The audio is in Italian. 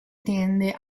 tende